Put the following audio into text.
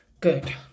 Good